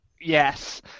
yes